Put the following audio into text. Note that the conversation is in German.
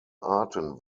arten